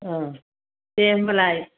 ओ दे होमबालाय